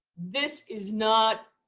this is not